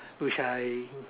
which I